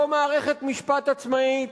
לא מערכת משפט עצמאית,